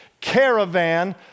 caravan